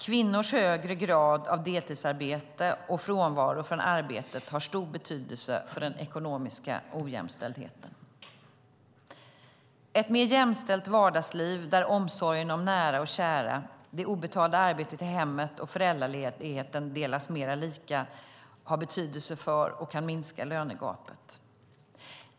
Kvinnors högre grad av deltidsarbete och frånvaro från arbetet har stor betydelse för den ekonomiska ojämställdheten. Ett mer jämställt vardagsliv där omsorgen om nära och kära, det obetalda arbetet i hemmet och föräldraledigheten delas mera lika har betydelse för, och kan minska, lönegapet.